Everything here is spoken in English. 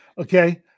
okay